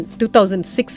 2006